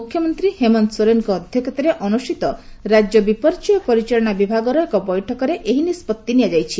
ମୁଖ୍ୟମନ୍ତ୍ରୀ ହେମନ୍ତ ସୋରେନ୍ଙ୍କ ଅଧ୍ୟକ୍ଷତାରେ ଅନୁଷ୍ଠିତ ରାଜ୍ୟ ବିପର୍ଯ୍ୟୟ ପରିଚାଳନା ବିଭାଗର ଏକ ବୈଠକରେ ଏହି ନିଷ୍କଭି ନିଆଯାଇଛି